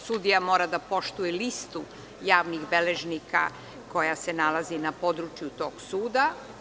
Sudija mora da poštuje listu javnih beležnika koja se nalazi na području tog suda.